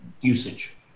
usage